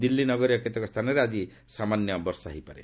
ଦିଲ୍ଲୀ ନଗରୀର କେତେକ ସ୍ଥାନରେ ଆଜି ସାମାନ୍ୟ ବର୍ଷା ହୋଇପାରେ